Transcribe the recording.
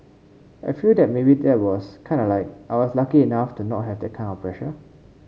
I feel that maybe that was kind of like I was lucky enough to not have that kind of pressure